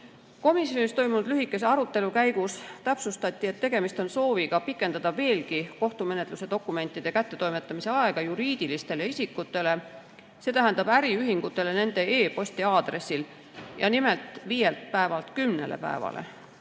Komisjonis toimunud lühikese arutelu käigus täpsustati, et tegemist on sooviga pikendada veelgi kohtumenetluse dokumentide kättetoimetamise aega juriidilistele isikutele, st äriühingutele nende e-posti aadressil, ja nimelt viielt päevalt kümnele päevale.